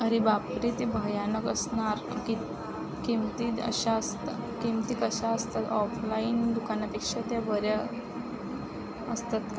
अरे बापरे ते भयानक असणार की किमती अशा असता किमती कशा असतात ऑफलाईन दुकानापेक्षा त्या बऱ्या असतात का